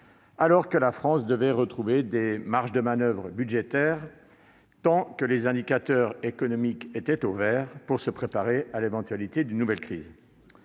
alors, de retrouver des marges de manoeuvre budgétaires, tant que les indicateurs économiques étaient au vert, pour se préparer à l'éventualité d'une nouvelle crise.